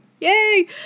Yay